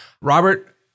Robert